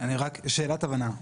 שאלת הבנה.